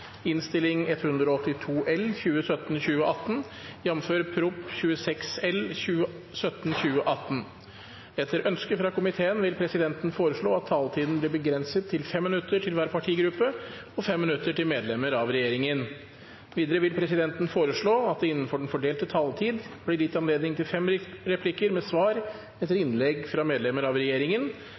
vil presidenten foreslå at taletiden blir begrenset til 5 minutter til hver partigruppe og 5 minutter til medlemmer av regjeringen. Videre vil presidenten foreslå at det – innenfor den fordelte taletid – blir gitt anledning til fem replikker med svar etter innlegg fra medlemmer av regjeringen,